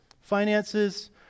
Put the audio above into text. finances